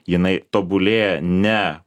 jinai tobulėja ne